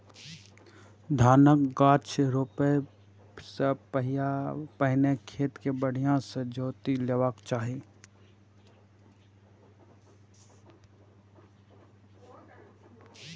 धानक गाछ रोपै सं पहिने खेत कें बढ़िया सं जोति लेबाक चाही